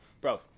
Bro